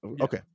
Okay